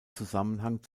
zusammenhang